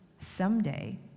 someday